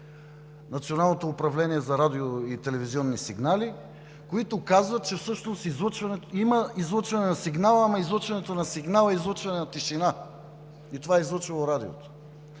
Националното управление за радио- и телевизионни сигнали, които казват, че всъщност има излъчване на сигнал, ама излъчването на сигнал е излъчването на тишина, това е излъчвало Радиото.